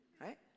Right